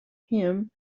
him